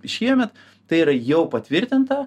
šiemet tai yra jau patvirtinta